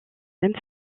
même